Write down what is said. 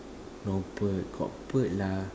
no bird got bird lah